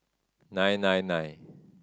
nine nine nine